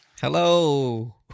Hello